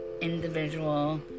individual